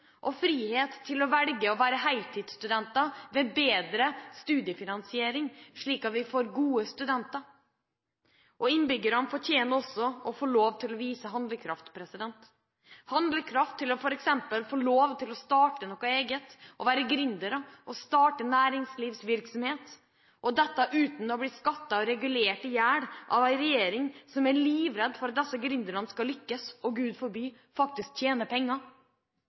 og frihet til å velge å være heltidsstudenter med bedre studiefinansiering, slik at vi får gode studenter. Innbyggerne fortjener også å få lov til å vise handlekraft – handlekraft til f.eks. å få lov til å starte noe eget, være gründere og starte næringslivsvirksomhet, og dette uten å bli skattet og regulert i hjel av en regjering som er livredd for at disse gründerne skal lykkes og – Gud forby – faktisk tjene penger.